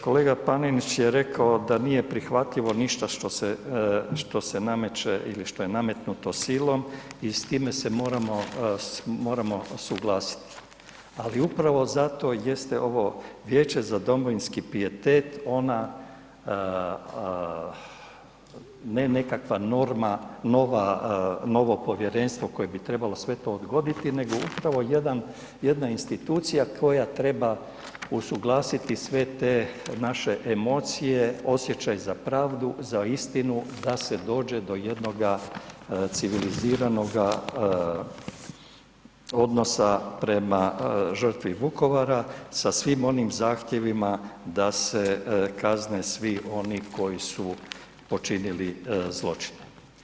Kolega Panenić je rekao da nije prihvatljivo ništa što se nameće ili što je nametnuto silom i s time se moramo suglasiti, ali upravo zato jeste ovo Vijeće za domovinski pijetet, ona, ne nekakva norma, novo povjerenstvo koje bi trebalo sve to odgoditi nego upravo jedan, jedna institucija koja treba usuglasiti sve te naše emocije, osjećaj za pravdu, za istinu, da se dođe do jednoga civiliziranoga odnosa prema žrtvi Vukovara sa svim onim zahtjevima da se kazne svi oni koji su počinili zločine.